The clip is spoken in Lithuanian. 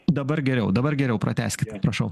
dabar geriau dabar geriau pratęskite prašau